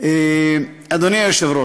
אדוני היושב-ראש,